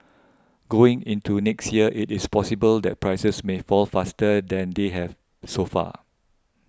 going into next year it is possible that prices may fall faster than they have so far